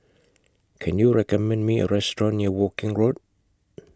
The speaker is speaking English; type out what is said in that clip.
Can YOU recommend Me A Restaurant near Woking Road